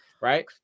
Right